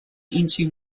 into